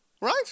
Right